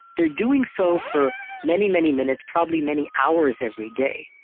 they are doing so for many, many minutes, probably many hours every day,